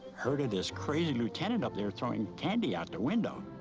heard of this crazy lieutenant up there throwing candy out the window,